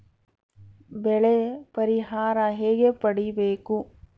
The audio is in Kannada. ಬೆಳೆ ಪರಿಹಾರ ಹೇಗೆ ಪಡಿಬೇಕು?